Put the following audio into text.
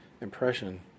impression